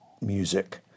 music